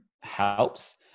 helps